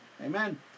Amen